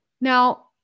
Now